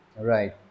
right